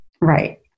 Right